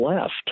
left